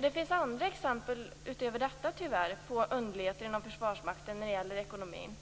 Det finns utöver dessa även andra exempel på underligheter inom Försvarsmakten när det gäller ekonomin.